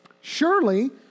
Surely